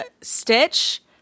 stitch